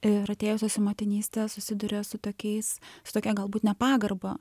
ir atėjusios į motinystę susiduria su tokiais su tokia galbūt nepagarba